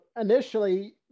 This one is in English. initially